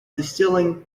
distilling